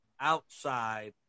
outside